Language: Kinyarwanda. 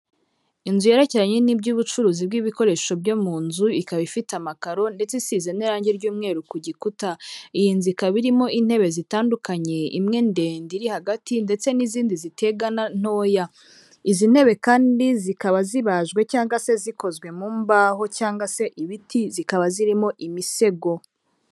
Inzu yerekeranye n'iby'ubucuruzi bw'ibikoresho byo mu nzu, ikaba ifite amakaro ndetse isizi n'irangi ry'umweru ku gikuta, iyi nzu ikaba irimo intebe zitandukanye, imwe ndende iri hagati, ndetse n'izindi zitegana ntoya, izi ntebe kandi zikaba zibajwe cyangwa se zikozwe mu mbaho cyangwa se ibiti; zikaba zirimo imisego.